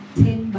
ten